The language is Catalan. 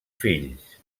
fills